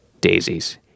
daisies